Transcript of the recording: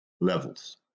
levels